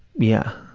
yeah.